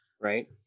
Right